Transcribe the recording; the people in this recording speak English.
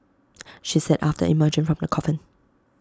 she said after emerging from the coffin